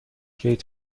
گیت